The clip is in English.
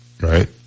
right